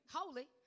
holy